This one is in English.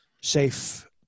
safe